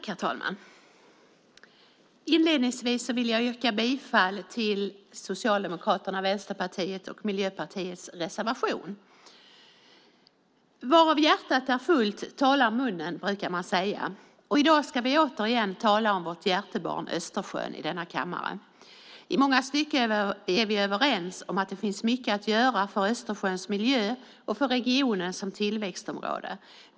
Herr talman! Inledningsvis yrkar jag bifall till Socialdemokraternas, Vänsterpartiets och Miljöpartiets reservation. Varav hjärtat är fullt talar munnen, brukar man säga. I dag ska vi återigen tala om vårt hjärtebarn Östersjön i denna kammare. I många stycken är vi överens om att det finns mycket att göra för Östersjöns miljö och för regionen som tillväxtområde.